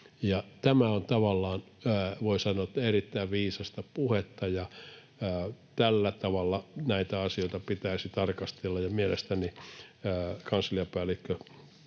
Tämä on tavallaan, voi sanoa, erittäin viisasta puhetta, ja tällä tavalla näitä asioita pitäisi tarkastella. Mielestäni kansliapäällikkö